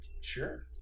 Sure